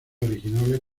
originales